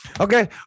okay